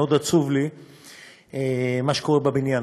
מאוד עצוב לי מה שקורה בבניין.